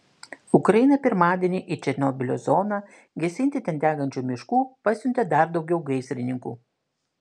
ukraina pirmadienį į černobylio zoną gesinti ten degančių miškų pasiuntė dar daugiau gaisrininkų